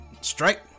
strike